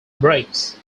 brakes